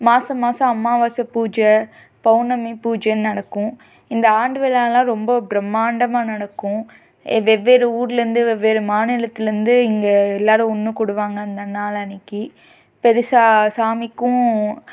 மாதம் மாதம் அமாவாசை பூஜை பவுர்ணமி பூஜைன்னு நடக்கும் இந்த ஆண்டு விழாவெலாம் ரொம்ப பிரம்மாண்டமாக நடக்கும் வெவ்வேறு ஊர்லேருந்து வெவ்வேறு மாநிலத்துலந்து இங்கே எல்லோரும் ஒன்று கூடுவாங்க அந்த நாள் அன்றைக்கி பெரிசா சாமிக்கும்